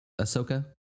Ahsoka